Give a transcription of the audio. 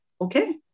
okay